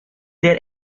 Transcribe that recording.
there